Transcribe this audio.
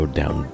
down